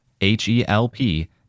H-E-L-P